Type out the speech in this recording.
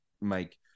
make